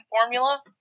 formula